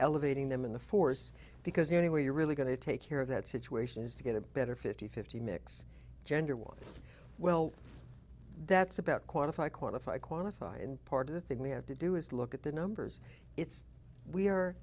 elevating them in the force because the only way you're really going to take care of that situation is to get a better fifty fifty mix gender was well that's about qualify qualify qualify and part of the thing we have to do is look at the numbers it's we are